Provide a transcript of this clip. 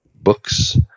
books